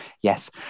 yes